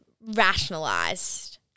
rationalized